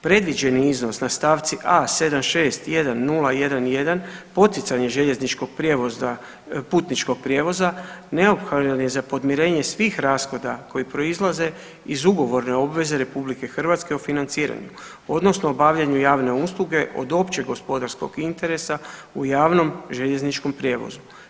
Predviđeni iznos na stavci A761011-poticanje željezničkog prijevoza putničkog prijevoza, neophodan je za podmirenje svih rashoda koji proizlaze iz ugovorne obveze RH o financiranju, odnosno obavljanju javne usluge od općeg gospodarskog interesa u javnom željezničkom prijevozu.